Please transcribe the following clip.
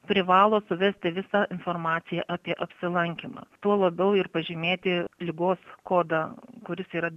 privalo suvesti visą informaciją apie apsilankymą tuo labiau ir pažymėti ligos kodą kuris yra